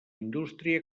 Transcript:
indústria